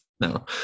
No